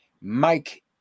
Mike